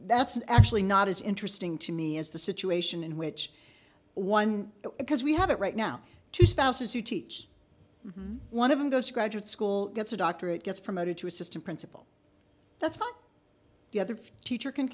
that's actually not as interesting to me as the situation in which one because we have it right now two spouses who teach one of them goes to graduate school gets a doctorate gets promoted to assistant principal that's not the other teacher can